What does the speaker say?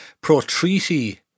pro-treaty